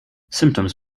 symptoms